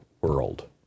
world